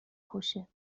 کشه